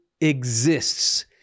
exists